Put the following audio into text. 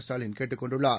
ஸ்டாலின் கேட்டுக் கொண்டுள்ளார்